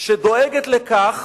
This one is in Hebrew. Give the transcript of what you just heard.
שדואגת לכך